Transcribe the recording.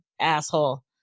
asshole